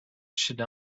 should